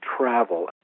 travel